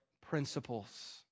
principles